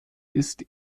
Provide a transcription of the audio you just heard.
ist